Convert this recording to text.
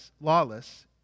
lawless